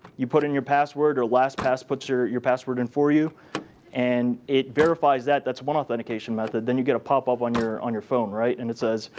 you put in your password or lastpass puts your your password in for you and it verifies that. that's one authentication method. then you get a pop-up on your on your phone and it says,